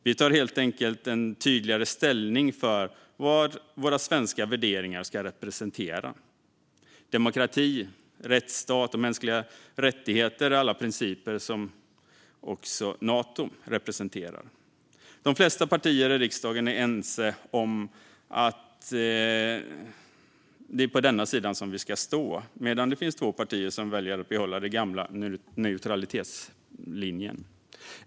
Vi tar helt enkelt tydligare ställning för vad våra svenska värderingar ska representera. Demokrati, rättsstat och mänskliga rättigheter är alla principer som Nato representerar. De flesta partier i riksdagen är ense om att det är denna sida vi ska stå på, men det finns två partier som väljer att bibehålla den gamla neutralitetslinjen.